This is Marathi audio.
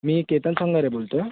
मी केतन संगारे बोलत आहे